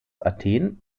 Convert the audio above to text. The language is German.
athen